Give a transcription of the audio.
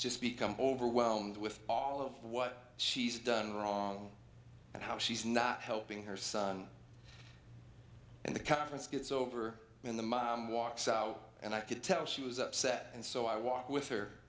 just become overwhelmed with all of what she's done wrong and how she's not helping her son and the conference gets over when the mom walks out and i could tell she was upset and so i was with her